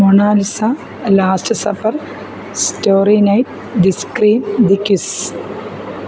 Mona Lisa last suffer story night describe the kiss